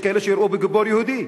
יש כאלה שיראו בו גיבור יהודי.